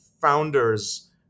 founders